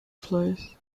place